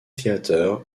theater